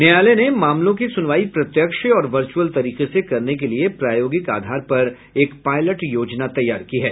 न्यायालय ने मामलों की सुनवाई प्रत्यक्ष और वर्चुअल तरीके से करने के लिए प्रायोगिक आधार पर एक पायलट योजना तैयार की है